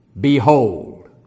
behold